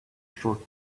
short